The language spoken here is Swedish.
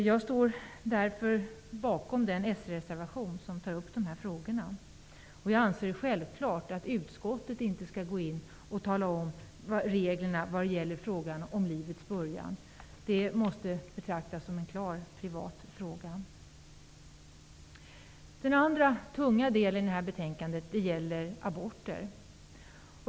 Jag står därför bakom den s-reservation där de här frågorna tas upp. Jag anser att det är självklart att utskottet inte skall gå in och tala om reglerna vad gäller frågan om livets början. Det måste betraktas som en klart privat fråga. Den andra tunga delen i betänkandet gäller aborter.